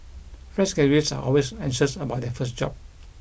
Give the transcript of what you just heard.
fresh graduates are always anxious about their first job